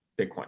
Bitcoin